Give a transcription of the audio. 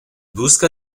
busca